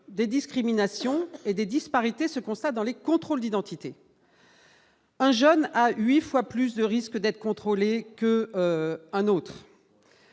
des discriminations et des disparités ce constat dans les contrôles d'identité. Un jeune à 8 fois plus de risques d'être contrôlé que un autre,